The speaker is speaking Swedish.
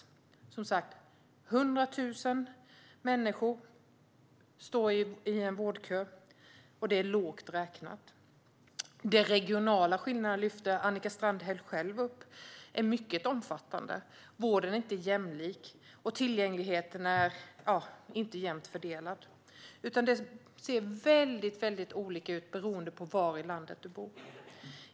Det är som sagt 100 000 människor som står i vårdköer, och det är lågt räknat. De regionala skillnaderna - detta lyfte Annika Strandhäll själv upp - är mycket omfattande. Vården är inte jämlik, och tillgängligheten är inte jämnt fördelad. Det ser väldigt olika ut beroende på var i landet man bor.